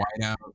whiteout